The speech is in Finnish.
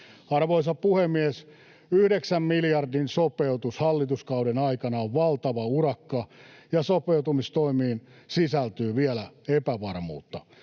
Arvoisa puhemies! Yhdeksän miljardin sopeutus hallituskauden aikana on valtava urakka, ja sopeutustoimiin sisältyy vielä epävarmuutta.